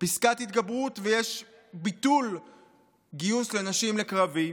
פסקת התגברות, ויש ביטול גיוס נשים לקרבי,